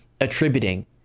attributing